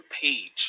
page